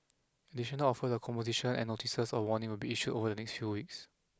additional offers of composition and notices of warning will be issued over the next few weeks